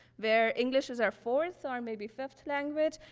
where english is our fourth or maybe fifth language,